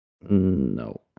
No